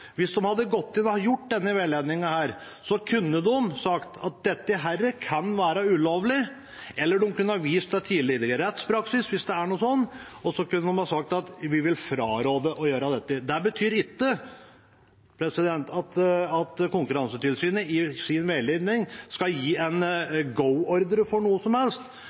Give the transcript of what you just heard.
Hvis de hadde gått inn og gitt denne veiledningen, kunne de sagt at dette kan være ulovlig, eller de kunne vist til tidligere rettspraksis, hvis det finnes, og så kunne de sagt at de vil fraråde å gjøre dette. Det betyr ikke at Konkurransetilsynet i sin veiledning skal gi en «go»-ordre for noe som helst,